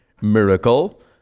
miracle